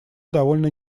довольно